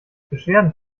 beschwerden